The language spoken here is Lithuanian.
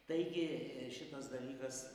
taigi šitas dalykas